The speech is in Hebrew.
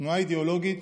תנועה אידיאולוגית